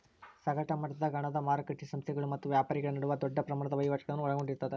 ಸಗಟ ಮಟ್ಟದಾಗ ಹಣದ ಮಾರಕಟ್ಟಿ ಸಂಸ್ಥೆಗಳ ಮತ್ತ ವ್ಯಾಪಾರಿಗಳ ನಡುವ ದೊಡ್ಡ ಪ್ರಮಾಣದ ವಹಿವಾಟುಗಳನ್ನ ಒಳಗೊಂಡಿರ್ತದ